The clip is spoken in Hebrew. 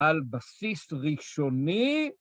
‫על בסיס ראשוני